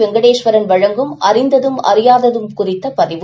வெங்கடேஸ்வரன் வழங்கும் அறிந்ததும் அறியாததும் குறித்தபதிவு